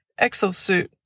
Exosuit